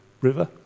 river